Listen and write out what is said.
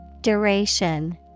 Duration